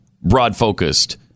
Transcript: broad-focused